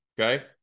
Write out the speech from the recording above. Okay